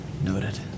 noted